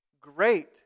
great